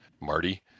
Marty